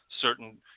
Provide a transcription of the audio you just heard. certain